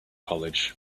college